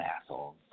assholes